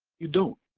you don't.